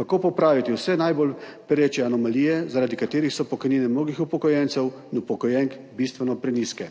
kako popraviti vse najbolj pereče anomalije, zaradi katerih so pokojnine mnogih upokojencev in upokojenk bistveno prenizke.